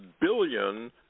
billion